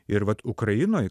ir vat ukrainoj